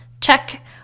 check